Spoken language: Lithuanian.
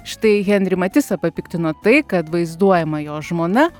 štai henrį matisą papiktino tai kad vaizduojama jo žmona